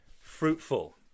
fruitful